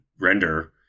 render